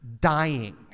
dying